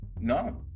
No